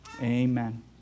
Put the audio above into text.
Amen